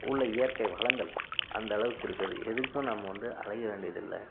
உள்ள இயற்கை வளங்கள் அந்தளவுக்கு இருக்கிறது எதுக்கும் நம்ம வந்து அலைய வேண்டியதில்லை